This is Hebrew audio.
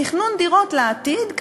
תכנון דירות לעתיד,